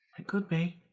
it could be.